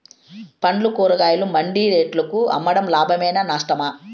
పండ్లు కూరగాయలు మండి రేట్లకు అమ్మడం లాభమేనా నష్టమా?